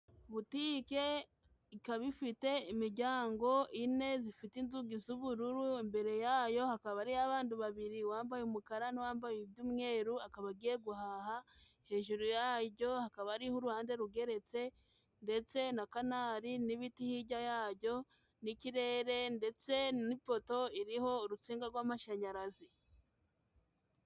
Butike ikaba ifite imiryango ine zifite inzugi z'ubururu imbere yayo hakaba hari abantu babiri uwambaye umukara n'uwambaye iby'umweru akaba agiye guhaha hejuru yaryo hakaba ari uruhande rugeretse ndetse na canari n'ibiti hirya yaryo n'ikirere ndetse n'ipoto iriho urutsinga rw'amashanyarazi